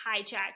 hijack